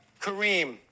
Kareem